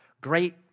Great